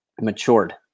matured